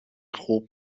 خوب